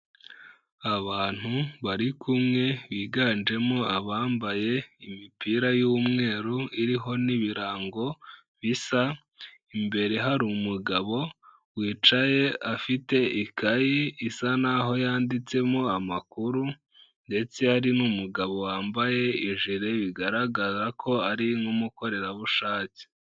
Abantu bari kumwe biganjemo abambaye imipira y'umweru iriho n'ibirango bisa imbere, hari umugabo wicaye afite ikayi isa naho yanditsemo amakuru ndetse ari n'umugabo wambaye ijire bigaragara ko ari nk'umukorerabushake.